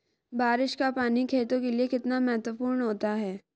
बारिश का पानी खेतों के लिये कितना महत्वपूर्ण होता है?